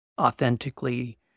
authentically